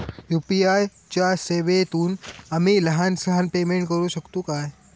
UPI च्या सेवेतून आम्ही लहान सहान पेमेंट करू शकतू काय?